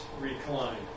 recline